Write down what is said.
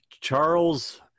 Charles